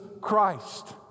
Christ